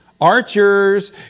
archers